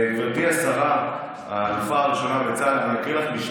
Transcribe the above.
חבריי חברי הכנסת, למה הוא, אתם הולכים למנות את